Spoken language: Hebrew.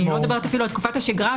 אני לא מדברת אפילו על תקופת השגרה,